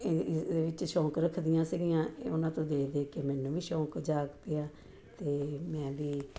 ਏ ਏ ਇਹਦੇ ਵਿੱਚ ਸ਼ੌਕ ਰੱਖਦੀਆਂ ਸੀਗੀਆਂ ਇਹ ਉਹਨਾਂ ਤੋਂ ਦੇਖ ਦੇਖ ਕੇ ਮੈਨੂੰ ਵੀ ਸ਼ੌਕ ਜਾਗ ਪਿਆ ਅਤੇ ਮੈਂ ਵੀ